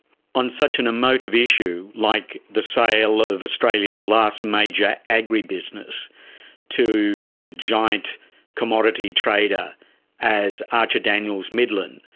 on such an emotive issue like the sale of australia's last major agribusiness to such a giant commodity trader as archer daniels midland,